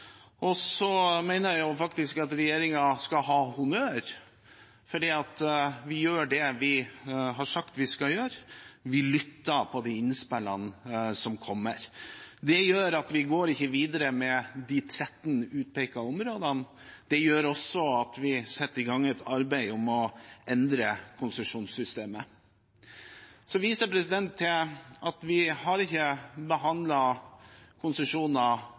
Jeg mener faktisk at regjeringen skal ha honnør, for vi gjør det vi har sagt vi skal gjøre. Vi lyttet til de innspillene som kom. Det gjør at vi ikke går videre med de 13 utpekte områdene. Det gjør også at vi setter i gang et arbeid for å endre konsesjonssystemet. Jeg viser til at vi ikke har behandlet konsesjoner,